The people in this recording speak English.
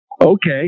Okay